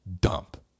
dump